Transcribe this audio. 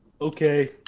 Okay